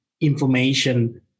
information